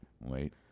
Wait